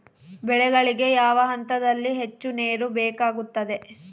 ಬೆಳೆಗಳಿಗೆ ಯಾವ ಹಂತದಲ್ಲಿ ಹೆಚ್ಚು ನೇರು ಬೇಕಾಗುತ್ತದೆ?